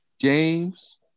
James